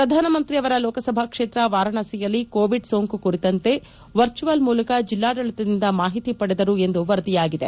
ಪ್ರಧಾನಮಂತ್ರಿ ಅವರ ಲೋಕಸಭಾ ಕ್ಷೇತ್ರ ವಾರಣಾಸಿಯಲ್ಲಿ ಕೋವಿಡ್ ಸೋಂಕು ಕುರಿತಂತೆ ವರ್ಚುವಲ್ ಮೂಲಕ ಜಿಲ್ಲಾಡಳಿತದಿಂದ ಮಾಹಿತಿ ಪಡೆದರು ಎಂದು ವರದಿಯಾಗಿದೆ